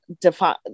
define